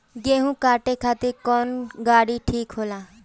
गेहूं काटे खातिर कौन गाड़ी ठीक होला?